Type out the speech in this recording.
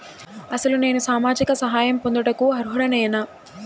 అసలు నేను సామాజిక సహాయం పొందుటకు అర్హుడనేన?